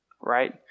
right